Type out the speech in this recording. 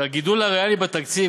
שהגידול הריאלי בתקציב,